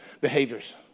behaviors